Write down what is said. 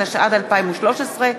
התשע"ד 2013,